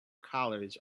collars